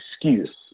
excuse